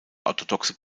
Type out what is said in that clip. orthodoxe